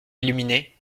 illuminé